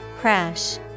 Crash